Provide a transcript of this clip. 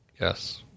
Yes